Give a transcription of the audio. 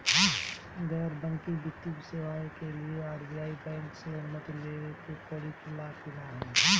गैर बैंकिंग वित्तीय सेवाएं के लिए आर.बी.आई बैंक से अनुमती लेवे के पड़े ला की नाहीं?